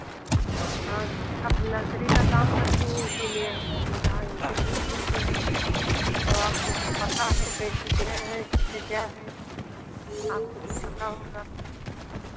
हाँ आप नर्सरी का काम करती हैं इसीलिए हमने कहा उनसे पूछ लेते हैं तो आपको सब पता है कैसे क्या है कैसे क्या है आपको सब पता होगा